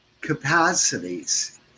capacities